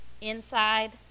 inside